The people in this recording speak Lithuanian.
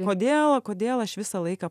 kodėl kodėl aš visą laiką